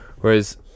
Whereas